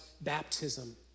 baptism